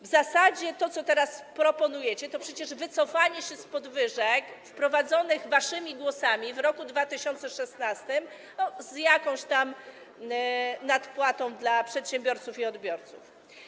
W zasadzie to, co teraz proponujecie, to przecież wycofanie się z podwyżek wprowadzonych waszymi głosami w roku 2016 plus jakaś tam nadpłata, jeżeli chodzi o przedsiębiorców i odbiorców.